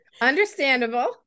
understandable